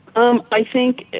um i think,